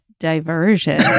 Diversion